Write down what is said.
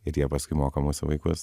ir jie paskui mokamo mūsų vaikus